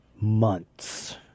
Months